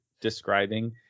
describing